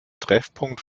treffpunkt